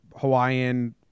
Hawaiian